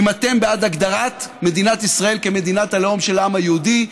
אם אתם בעד הגדרת מדינת ישראל כמדינת הלאום של העם היהודי,